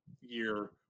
year